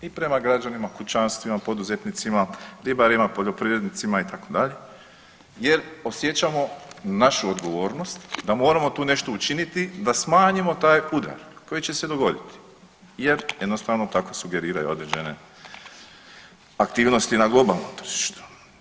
I prema građanima, kućanstvima, poduzetnicima, ribarima, poljoprivrednicima itd. jer osjećamo našu odgovornost da moramo tu nešto učiniti da smanjimo taj udar koji će se dogoditi jer jednostavno tako sugeriraju određene aktivnosti na globalnom tržištu.